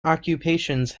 occupations